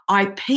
IP